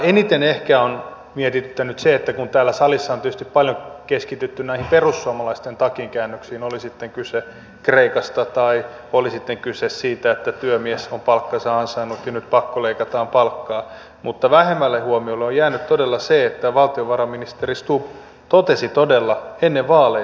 eniten ehkä on mietityttänyt se että täällä salissa on tietysti paljon keskitytty näihin perussuomalaisten takinkäännöksiin oli sitten kyse kreikasta tai oli sitten kyse siitä että työmies on palkkansa ansainnut ja nyt pakkoleikataan palkkaa mutta vähemmälle huomiolle on jäänyt todella se että valtiovarainministeri stubb totesi todella ennen vaaleja